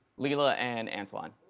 lela and antoine.